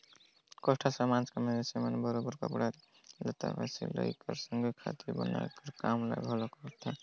कोस्टा समाज कर मइनसे मन बरोबेर कपड़ा लत्ता कर सिलई कर संघे बाती बनाए कर काम ल घलो करथे